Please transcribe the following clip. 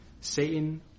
Satan